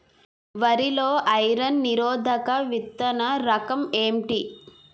వరి లో ఐరన్ నిరోధక విత్తన రకం ఏంటి?